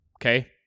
Okay